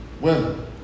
women